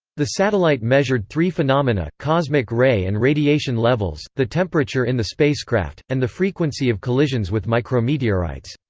the satellite measured three phenomena cosmic ray and radiation levels, the temperature in the spacecraft, and the frequency of collisions with micrometeorites.